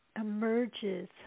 emerges